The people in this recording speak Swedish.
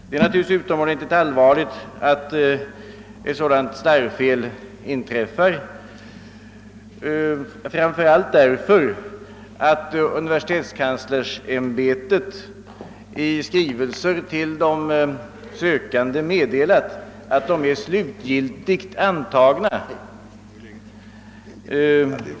Det är naturligtvis utomordentligt allvarligt att ett sådant slarvfel inträffar, framför allt därför att universitetskanslersämbetet i skrivelser till de sökande meddelat att de är slutgiltigt antagna.